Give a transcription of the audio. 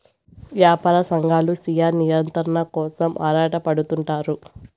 యాపార సంఘాలు స్వీయ నియంత్రణ కోసం ఆరాటపడుతుంటారు